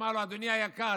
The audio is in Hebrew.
יאמר לו: אדוני היקר,